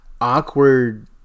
awkward